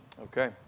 Okay